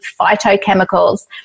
phytochemicals